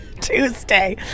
Tuesday